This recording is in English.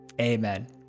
Amen